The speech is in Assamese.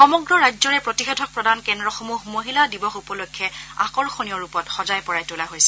সমগ্ৰ ৰাজ্যৰে প্ৰতিষেধক প্ৰদান কেন্দ্ৰসমূহ মহিলা দিৱস উপলক্ষে আকৰ্ষণীয় ৰূপত সজাই পৰাই তোলা হৈছে